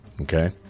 okay